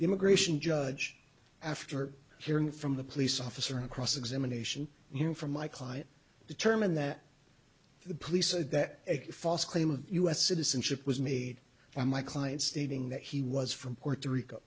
the immigration judge after hearing from the police officer in cross examination hearing from my client determined that the police said that a false claim of u s citizenship was made by my client stating that he was from puerto rico